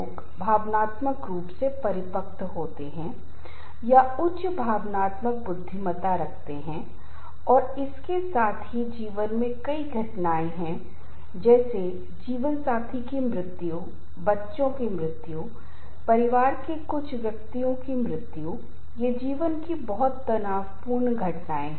इसी तरह भूमिका दूरी यदि आप कार्यालय में काम करने वाले पुलिस अधिकारी हैं और आपके अधीन कांस्टेबल काम कर रहे हैं और आप कार्यालय से परिवार के पास लौटते हैं तो वही भूमिका कार्यालय से परिवार तक पहुंचाई जाती है आप अनुभव करेंगे अपने बच्चों और अन्य लोगों के साथ कॉन्स्टेबलों की तरह व्यवहार करें जो कि बच्चों और गृहिणी द्वारा प्रतिकूल रूप से माना जाएगा